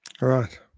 Right